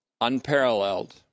unparalleled